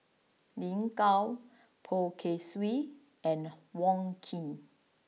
Lin Gao Poh Kay Swee and Wong Keen